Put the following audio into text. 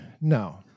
no